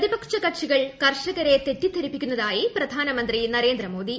പ്രതിപക്ഷ കക്ഷികൾ കർഷകരെ തെറ്റിദ്ധരിപ്പിക്കുന്നതായി പ്രധാനമന്ത്രി നരേന്ദ്രമോദി